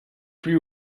plus